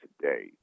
today